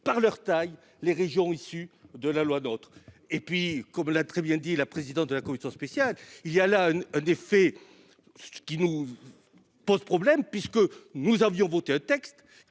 par leur taille, les régions issues de la loi d'autres et puis comme l'a très bien dit la présidente de la Commission spéciale il y a là des faits. Ce qui nous. Pose problème puisque nous avions voté un texte